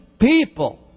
people